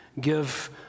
give